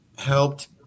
helped